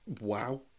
Wow